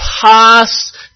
past